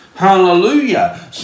Hallelujah